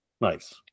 Nice